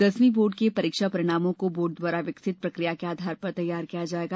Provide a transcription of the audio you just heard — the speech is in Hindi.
दसवीं बोर्ड के परीक्षा परिणामों को बोर्ड द्वारा विकसित प्रक्रिया के आधार पर तैयार किया जायेगा